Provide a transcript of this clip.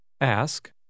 Ask